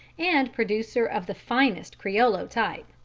and producer of the finest criollo type.